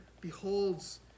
beholds